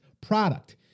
product